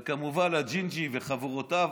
וכמובן הג'ינג'י וחבורותיו,